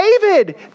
David